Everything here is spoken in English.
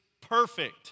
perfect